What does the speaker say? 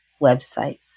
websites